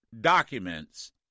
documents